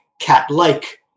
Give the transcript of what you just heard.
cat-like